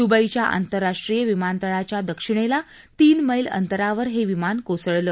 दुबईच्या आंतरराष्ट्रीय विमानतळाच्या दक्षिणेला तीन मैल अंतरावर हे विमान कोसळलं